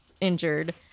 injured